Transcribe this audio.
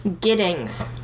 Giddings